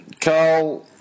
Carl